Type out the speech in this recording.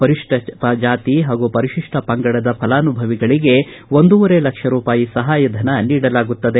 ಪರಿಶಿಷ್ಟ ಜಾತಿ ಹಾಗೂ ಪರಿಶಿಷ್ಟ ಪಂಗಡದ ಫಲಾನುಭವಿಗಳಿಗೆ ಒಂದೂವರೆ ಲಕ್ಷ ರೂಪಾಯಿ ಸಹಾಯಧನ ನೀಡಲಾಗುತ್ತದೆ